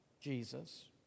Jesus